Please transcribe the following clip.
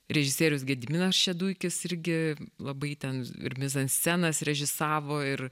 režisierius gediminas šeduikis irgi labai ten ir mizanscenas režisavo ir